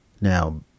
Now